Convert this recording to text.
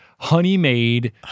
honey-made